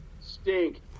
Stink